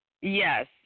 Yes